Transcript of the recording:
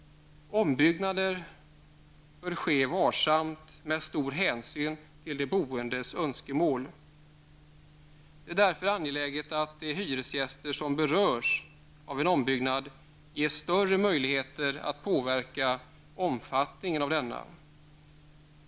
Ombyggnader bör ske varsamt och med stor hänsyn till de boendes önskemål. Det är därför angeläget att de hyresgäster som berörs av en ombyggnad ges större möjligheter att påverka omfattningen av denna.